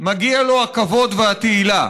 מגיעים לו הכבוד והתהילה,